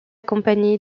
compagnie